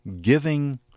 giving